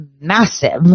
massive